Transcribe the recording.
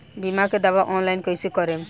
बीमा के दावा ऑनलाइन कैसे करेम?